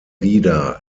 wieder